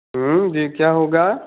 जी क्या होगा